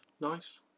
Nice